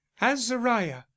Azariah